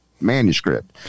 manuscript